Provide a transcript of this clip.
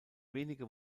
wenige